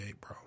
bro